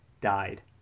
died